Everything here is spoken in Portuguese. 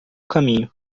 caminho